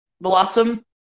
Blossom